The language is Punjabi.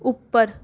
ਉੱਪਰ